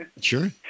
Sure